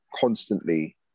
constantly